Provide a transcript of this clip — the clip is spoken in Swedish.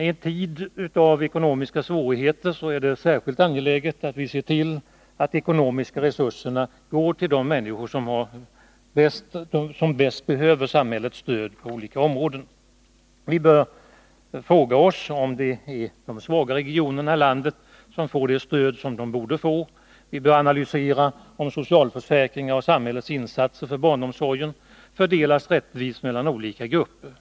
I en tid av ekonomiska svårigheter är det särskilt angeläget att se till att de ekonomiska resurserna går till de människor som bäst behöver samhällets stöd på olika områden. Vi bör fråga oss om det är de svaga regionerna i landet som får det stöd som de borde få. Vi bör analysera om socialförsäkringar och samhällets insatser för barnomsorgen fördelas rättvist mellan olika grupper.